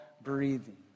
breathing